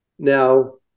Now